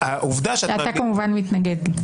--- שאתה כמובן מתנגד לו.